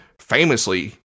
famously